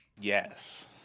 yes